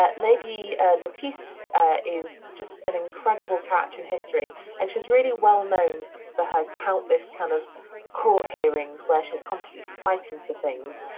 lady lettice is just an incredible character in history, and she's really well known for her countless kind of court hearings where she's constantly fighting for things.